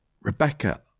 Rebecca